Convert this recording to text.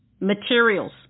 materials